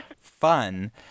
fun